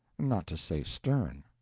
not to say stern.